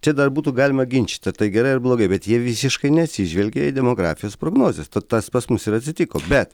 čia dar būtų galima ginčyti tai gerai ar blogai bet jie visiškai neatsižvelgė į demografijos prognozes tad tas pas mus ir atsitiko bet